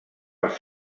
els